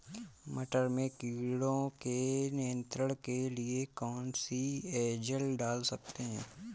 मटर में कीटों के नियंत्रण के लिए कौन सी एजल डाल सकते हैं?